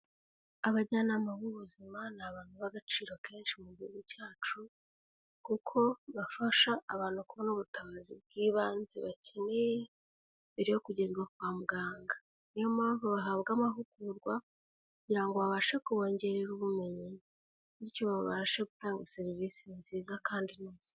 Abajyanama b'ubuzima ni abantu b'agaciro kenshi mu gihugu cyacu, kuko bafasha abantu kubona ubutabazi bw'ibanze bakeneye, mbere yo kugezwa kwa muganga. Niyo mpamvu bahabwa amahugurwa kugira ngo babashe kubongerera ubumenyi, bityo babashe gutanga serivisi nziza kandi neza.